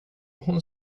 hon